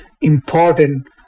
important